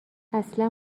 اصلا